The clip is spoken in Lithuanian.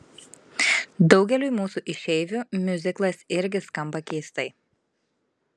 daugeliui mūsų išeivių miuziklas irgi skamba keistai